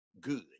good